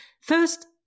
first